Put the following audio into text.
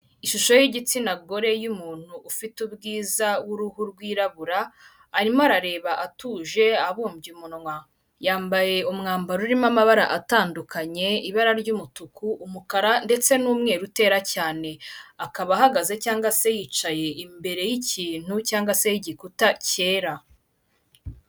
Ishusho y'igitsina gore y'umuntu ufite ubwiza w'uruhu rwirabura, arimo arareba atuje abumbye umunwa, yambaye umwambaro urimo amabara atandukanye ibara ry'umutuku, umukara, ndetse n'umweru utera cyane, akaba ahagaze cyangwa se yicaye imbere y'ikintu cyangwa se y'igikuta cyera.